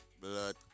Blood